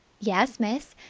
yes, miss.